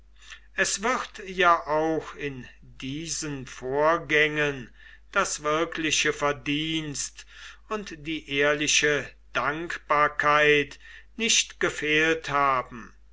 es wird ja auch in diesen vorgängen das wirkliche verdienst und die ehrliche dankbarkeit nicht gefehlt haben